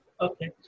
Okay